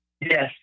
yes